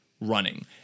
running